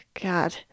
God